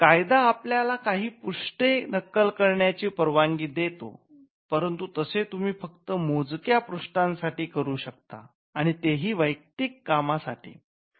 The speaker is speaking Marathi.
कायदा आपल्याला काही पृष्ठे नक्कल करण्याची परवानगी देतो परंतु तसे तुम्ही फक्त मोजक्या पृष्ठांसाठी करू शकतात आणि ते ही वैयत्तिक काम साठी